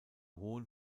hohen